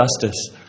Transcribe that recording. justice